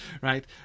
right